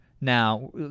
now